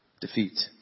defeat